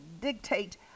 dictate